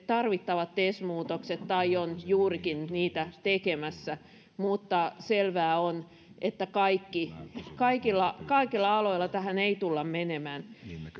tarvittavat tes muutokset tai on juurikin niitä tekemässä mutta selvää on että kaikilla kaikilla aloilla tähän ei tulla menemään